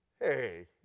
hey